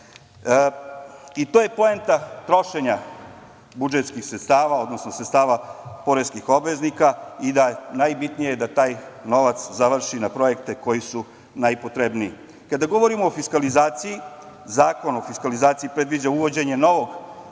To je poenta trošenja budžetskih sredstava, odnosno sredstava poreskih obveznika. Najbitnije je da taj novac završi na projekte koji su najpotrebniji. Kada govorimo o fiskalizaciji, Zakon o fiskalizaciji predviđa uvođenje novog